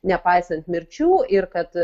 nepaisant mirčių ir kad